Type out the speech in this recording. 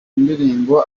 ndirimbo